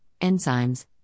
enzymes